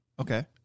Okay